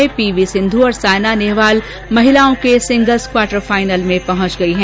badminton में P V Sindhu और सायना नेहवाल महिलाओं के सिंगल्स क्वार्टर फाइनल में पहुंच गई हैं